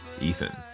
Ethan